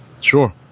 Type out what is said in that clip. Sure